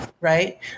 Right